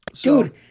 Dude